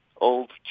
old